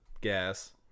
gas